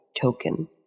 token